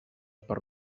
per